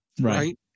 right